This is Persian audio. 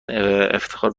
افتخار